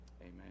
Amen